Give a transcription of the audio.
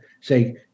say